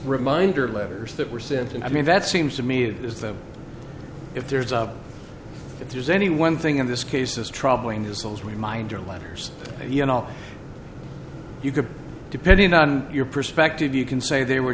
reminder letters that were sent and i mean that seems to me is that if there's a if there's any one thing in this case as troubling as those reminder letters you know you could depending on your perspective did you can say they were